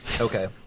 Okay